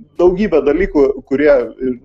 daugybę dalykų kurie ir